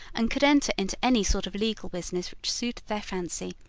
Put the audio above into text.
and could enter into any sort of legal business which suited their fancy,